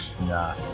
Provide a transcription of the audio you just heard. Nah